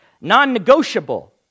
non-negotiable